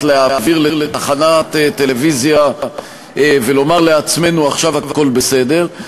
להעביר לתחנת טלוויזיה ולומר לעצמנו: עכשיו הכול בסדר.